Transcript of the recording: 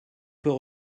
peut